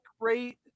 great